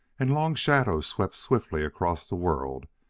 and long shadows swept swiftly across the world,